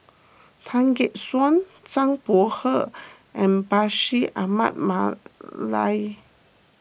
Tan Gek Suan Zhang Bohe and Bashir Ahmad Mallal